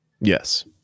Yes